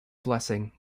blessing